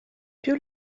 più